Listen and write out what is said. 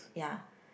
ya